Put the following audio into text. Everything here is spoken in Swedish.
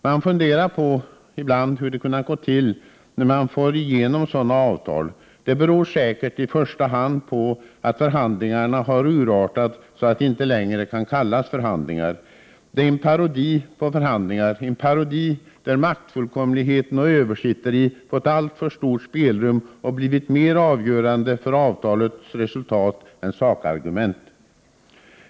Jag funderar ibland på hur det har kunnat gå till när man får igenom sådana avtal. Det beror säkert i första hand på att förhandlingarna har urartat så att det inte längre kan kallas förhandlingar. Det är en parodi på förhandlingar. En parodi där maktfullkomlighet och översitteri fått alltför stort spelrum och blivit mer avgörande för avtalets resultat än sakargument.